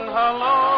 hello